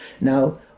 Now